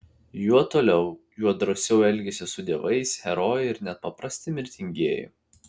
juo toliau juo drąsiau elgiasi su dievais herojai ir net paprasti mirtingieji